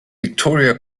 victoria